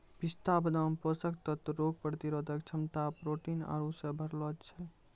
पिस्ता बादाम पोषक तत्व रोग प्रतिरोधक क्षमता प्रोटीन आरु से भरलो छै